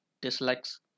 dislikes